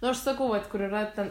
nu aš sakau vat kur yra ten